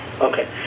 okay